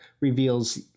reveals